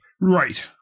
Right